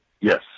Yes